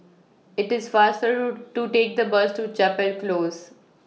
IT IS faster to Take The Bus to Chapel Close